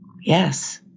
Yes